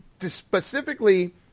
specifically